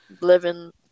Living